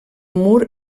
mur